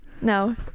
No